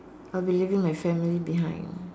I'll be leaving my family behind